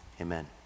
Amen